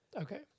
Okay